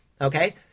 Okay